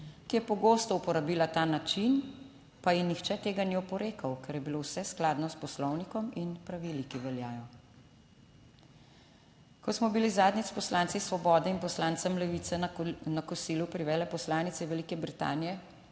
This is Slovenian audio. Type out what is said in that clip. ki je pogosto uporabila ta način, pa ji nihče tega ni oporekal, ker je bilo vse skladno s Poslovnikom in pravili, ki veljajo. Ko smo bili zadnjič s poslanci Svobode in poslancem Levice na kosilu pri veleposlanici Velike Britanije,